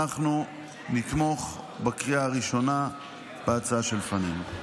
אנחנו נתמוך בקריאה הראשונה בהצעה שלפנינו.